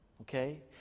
Okay